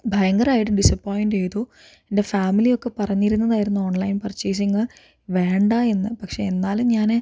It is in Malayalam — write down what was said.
ഭയങ്കരായിട്ടും ഡിസ്സപ്പോയിന്റ് ചെയ്തു എൻ്റെ ഫാമിലി ഒക്കെ പറഞ്ഞിരുന്നതായിരുന്നു ഓൺലൈൻ പർച്ചെയ്സിങ് വേണ്ട എന്ന് പക്ഷെ എന്നാലും ഞാൻ